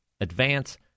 advance